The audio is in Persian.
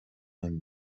نمی